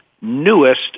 newest